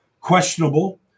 questionable